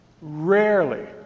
Rarely